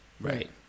Right